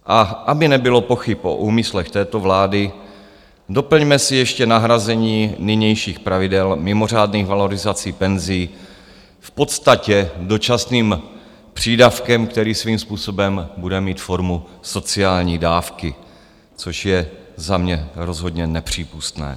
A aby nebylo pochyb o úmyslech této vlády, doplňme si ještě nahrazení nynějších pravidel mimořádných valorizací penzí v podstatě dočasným přídavkem, který svým způsobem bude mít formu sociální dávky, což je za mě rozhodně nepřípustné.